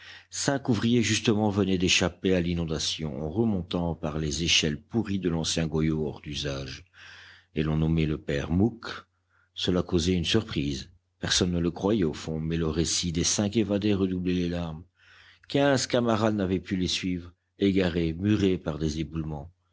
cinq ouvriers justement venaient d'échapper à l'inondation en remontant par les échelles pourries de l'ancien goyot hors d'usage et l'on nommait le père mouque cela causait une surprise personne ne le croyait au fond mais le récit des cinq évadés redoublait les larmes quinze camarades n'avaient pu les suivre égarés murés par des éboulements